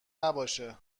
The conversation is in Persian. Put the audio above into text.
نباشه